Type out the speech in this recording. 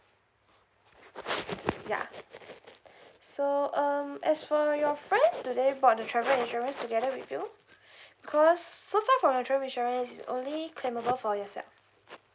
ya so um as for your friend do they bought the insurance together with you because so far for your travel insurance is only claimable for yourself